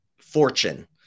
fortune